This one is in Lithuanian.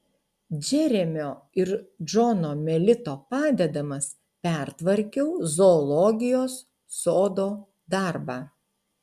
džeremio ir džono melito padedamas pertvarkiau zoologijos sodo darbą